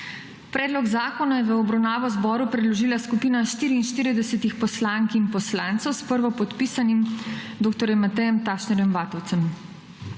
Predlog zakona je v obravnavo zboru predložila skupina 44. poslank in poslancev, s prvopodpisanim dr. Matejem Tašnerjem Vatovcem.